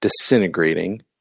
disintegrating